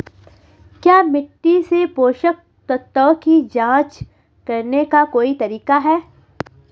क्या मिट्टी से पोषक तत्व की जांच करने का कोई तरीका है?